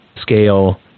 scale